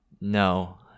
No